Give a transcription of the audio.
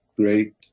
great